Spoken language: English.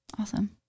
awesome